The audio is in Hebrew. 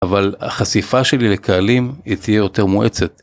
אבל החשיפה שלי לקהלים היא תהיה יותר מואצת.